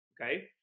Okay